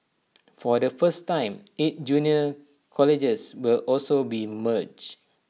for the first time eight junior colleges will also be merged